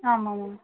ஆமாம்மா